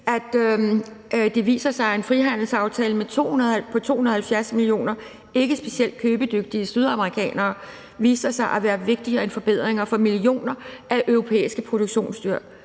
jeg virkelig, at en frihandelsaftale med 270 millioner ikke specielt købedygtige sydamerikanere viser sig at være vigtigere end forbedringer for millioner af europæiske produktionsdyr.